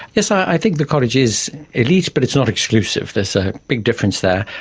yes, i think the college is elite but it's not exclusive, there's a big difference there.